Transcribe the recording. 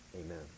Amen